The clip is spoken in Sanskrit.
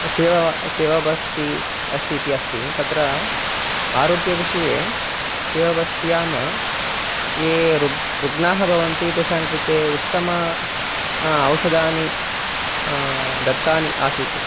सेव सेवाबस्तिः बस्तिः इति अस्ति तत्र आरोग्यविषये सेवाबस्तौ ये रुग्णाः रुग्णाः भवन्ति एतेषां कृते उत्तमानि औषधानि दत्तानि आसन्